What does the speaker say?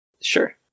Sure